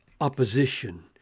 opposition